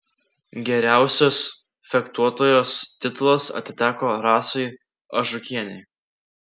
geriausios fechtuotojos titulas atiteko rasai ažukienei